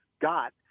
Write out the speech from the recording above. got